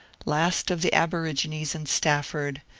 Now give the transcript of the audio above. last of the aborigines in stafford,